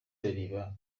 riba